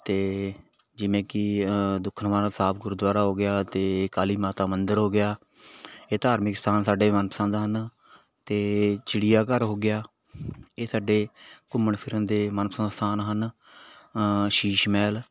ਅਤੇ ਜਿਵੇਂ ਕਿ ਦੁਖਨਿਵਾਰਨ ਸਾਹਿਬ ਗੁਰਦੁਆਰਾ ਹੋ ਗਿਆ ਅਤੇ ਕਾਲੀ ਮਾਤਾ ਮੰਦਿਰ ਹੋ ਗਿਆ ਇਹ ਧਾਰਮਿਕ ਸਥਾਨ ਸਾਡੇ ਮਨਪਸੰਦ ਹਨ ਅਤੇ ਚਿੜੀਆ ਘਰ ਹੋ ਗਿਆ ਇਹ ਸਾਡੇ ਘੁੰਮਣ ਫਿਰਨ ਦੇ ਮਨਪਸੰਦ ਸਥਾਨ ਹਨ ਸ਼ੀਸ਼ ਮਹਿਲ